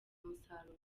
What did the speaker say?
umusaruro